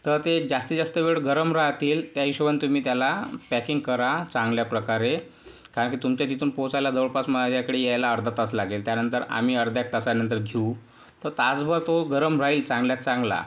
तर ते जास्ती जास्त वेळ गरम राहतील त्या हिशोबाने तुम्ही त्याला पॅकिंग करा चांगल्या प्रकारे कारण की तुमच्या तिथून पोचायला जवळपास माझ्याकडे यायला अर्धा तास लागेल त्यानंतर आम्ही अर्धा एक तासानंतर घेऊ तर तासभर तो गरम राहील चांगल्यात चांगला